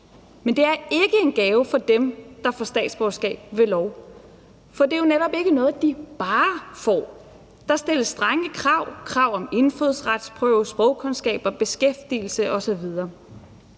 Men det er ikke en gave for dem, der får statsborgerskab ved lov, for det er jo netop ikke noget, de bare får. For der stilles strenge krav, altså krav om indfødsretsprøve, sprogkundskaber, beskæftigelse osv.,